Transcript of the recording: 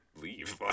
leave